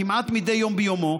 כמעט מדי יום ביומו,